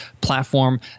platform